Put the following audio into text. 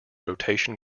rotation